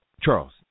Charles